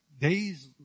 Days